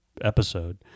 episode